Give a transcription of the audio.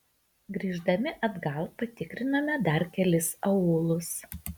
grįždami atgal patikrinome dar kelis aūlus